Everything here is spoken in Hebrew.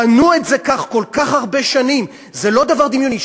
בנו את זה כך כל כך הרבה שנים, זה לא דבר דמיוני.